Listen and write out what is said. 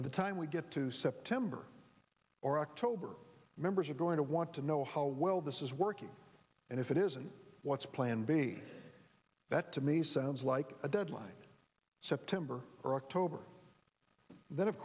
by the time we get to september or october members are going to want to know how well this is working and if it isn't what's plan b that to me sounds like a deadline september or october then of